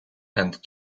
and